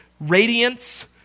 Radiance